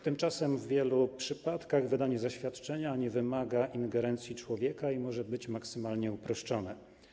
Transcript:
Tymczasem w wielu przypadkach wydanie zaświadczenia nie wymaga ingerencji człowieka i może być maksymalnie uproszczone.